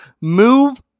Move